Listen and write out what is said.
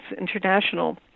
International